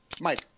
Mike